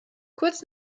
kurz